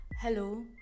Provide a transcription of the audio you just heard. hello